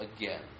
again